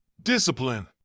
Discipline